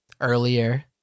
earlier